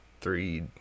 three